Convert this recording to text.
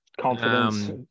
Confidence